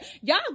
y'all